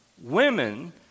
women